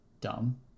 dumb